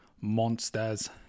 monsters